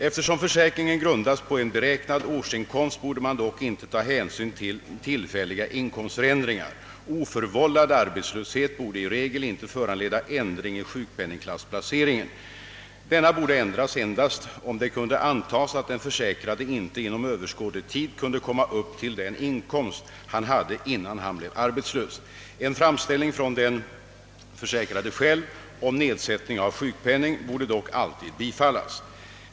Eftersom försäkringen grundas på en beräknad årsinkomst, borde man dock inte ta hänsyn till tillfälliga inkomständringar. Oförvållad arbetslöshet borde i regel inte föranleda ändring i sjukpenningklassplaceringen. Denna borde ändras endast om det kunde antas att den försäkrade inte inom överskådlig tid kunde komma upp till den inkomst han hade innan han blev arbetslös. En framställning från den försäkrade själv om nedsättning av sjukpenning borde dock alltid bifallas.